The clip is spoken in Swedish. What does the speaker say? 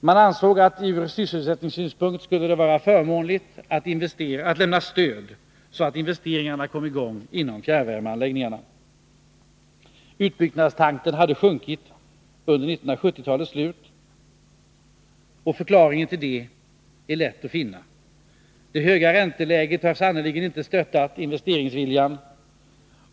Man ansåg att det ur sysselsättningssynpunkt skulle vara förmånligt att lämna stöd, så att investeringarna kom i gång i fjärrvärmeanläggningar. Utbyggnadstakten hade sjunkit under 1970-talets slut, och förklaringen till det är lätt att finna. Det höga ränteläget har sannerligen inte stöttat investeringsviljan.